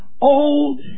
old